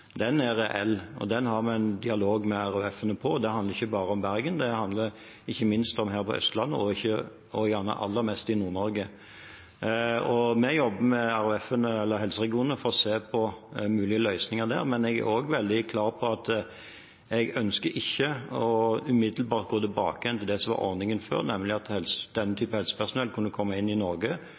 er reell, og den har vi en dialog med RHF-ene om. Det handler ikke bare om Bergen, det handler ikke minst om Østlandet og gjerne aller mest om Nord-Norge. Vi jobber med helseregionene for å se på mulige løsninger der, men jeg er også veldig klar på at jeg ikke ønsker umiddelbart å gå tilbake til det som var ordningen før, nemlig at den typen helsepersonell kunne komme inn i Norge